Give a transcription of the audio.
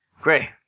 Great